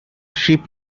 ship